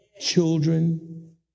children